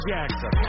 Jackson